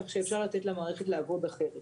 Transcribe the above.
כך שאפשר לתת למערכת לעבוד אחרת.